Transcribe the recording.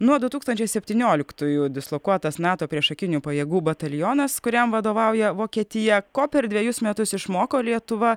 nuo du tūkstančiai septynioliktųjų dislokuotas nato priešakinių pajėgų batalionas kuriam vadovauja vokietija ko per dvejus metus išmoko lietuva